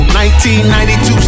1992